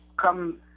come